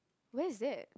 where is that